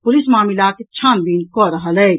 police मामिलाक छानबीन कऽ रहल छल